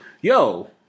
yo